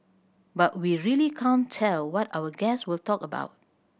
but we really can't tell what our guests will talk about